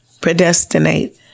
Predestinate